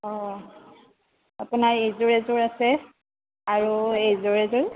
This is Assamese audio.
অ আপোনাৰ এইযোৰ এযোৰ আছে আৰু এইযোৰ এযোৰ